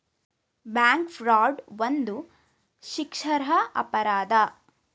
bank fraud ಒಂದು ಶಿಕ್ಷಾರ್ಹ ಅಪರಾಧ